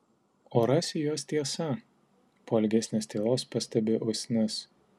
o rasi jos tiesa po ilgesnės tylos pastebi usnis